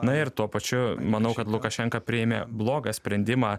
na ir tuo pačiu manau kad lukašenka priėmė blogą sprendimą